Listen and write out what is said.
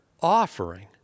offering